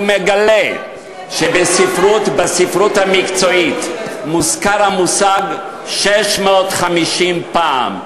הוא מגלה שבספרות המקצועית מוזכר המושג 650 פעם.